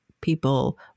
people